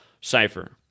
cipher